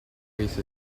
case